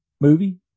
movie